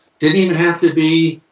didn't even have to be,